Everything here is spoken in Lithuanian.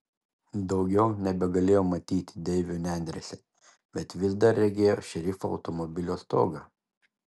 daugiau nebegalėjo matyti deivio nendrėse bet vis dar regėjo šerifo automobilio stogą